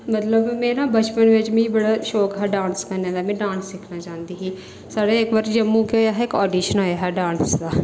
ते में ना बचपन बिच मिगी बड़ा शौक हा डांस करने दा में डांस करना चाहंदी ही साढ़े इक्क बारी केह् होआ ऑडीशन होआ हा डांस दा